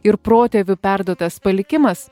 ir protėvių perduotas palikimas